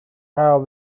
how